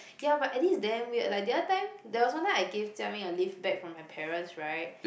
ya but Eddie is damn weird like the other time there was one time I gave Jia-Ming a lift back from her parent's right